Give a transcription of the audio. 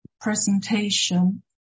presentation